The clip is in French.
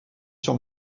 sur